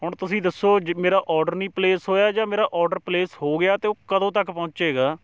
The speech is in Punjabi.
ਹੁਣ ਤੁਸੀਂ ਦੱਸੋ ਮੇਰਾ ਔਡਰ ਨਹੀਂ ਪਲੇਸ ਹੋਇਆ ਜਾਂ ਮੇਰਾ ਔਡਰ ਪਲੇਸ ਹੋ ਗਿਆ ਅਤੇ ਉਹ ਕਦੋਂ ਤੱਕ ਪਹੁੰਚੇਗਾ